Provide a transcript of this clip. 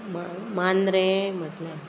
मांद्रें म्हटलें